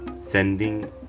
sending